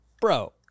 bro